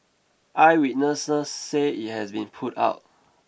eyewitnesses say it has been put out